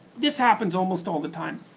this happens almost all the time